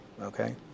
okay